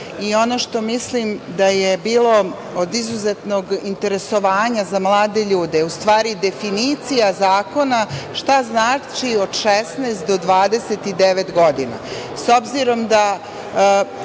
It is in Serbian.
što mislim da je bilo od izuzetnog interesovanja za mlade ljude, u stvari, definicija zakona, šta znači od 16 do 29 godina.